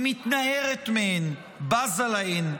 היא מתנערת מהן, בזה להן.